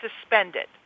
suspended